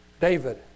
David